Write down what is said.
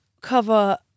cover